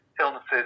illnesses